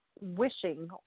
wishing